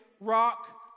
rock